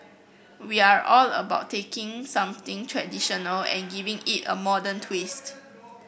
we are all about taking something traditional and giving it a modern twist